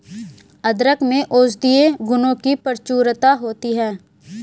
अदरक में औषधीय गुणों की प्रचुरता होती है